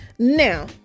Now